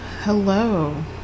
Hello